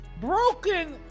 broken